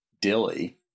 Dilly